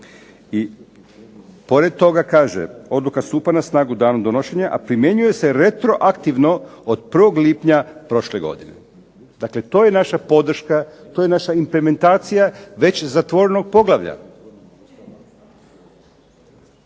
i pored toga kaže odluka stupa na snagu danom donošenja a primjenjuje se retroaktivno od 1. lipnja prošle godine. Dakle to je naša podrška, to je naša implementacija već zatvorenog poglavlja.